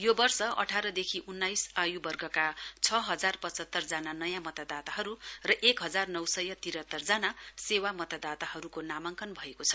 यो वर्ष अठारदेखि उन्नाइस आयुवर्गका छ हजार पचहत्तर जना नयाँ मतदाताहरू र एक हजार नौ सय तिरात्तर जना सेवा मतदाताहरूको नामाङ्कन भएको छ